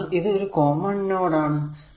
എന്തെന്നാൽ ഇത് ഒരു കോമൺ നോട് ആണ്